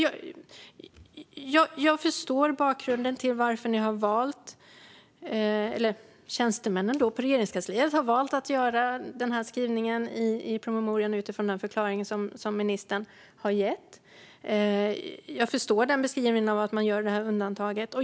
Utifrån den förklaring som ministern har gett förstår jag bakgrunden till att tjänstemännen på Regeringskansliet har valt den här skrivningen i promemorian. Jag förstår beskrivningen av att man gör det här undantaget.